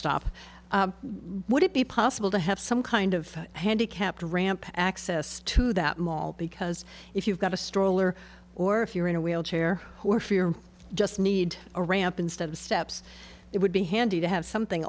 stop would it be possible to have some kind of handicapped ramp access to that mall because if you've got a stroller or if you're in a wheelchair or fear just need a ramp instead of steps it would be handy to have something